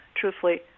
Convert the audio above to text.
truthfully